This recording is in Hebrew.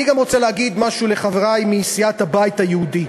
אני גם רוצה להגיד משהו לחברי מסיעת הבית היהודי.